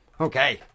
Okay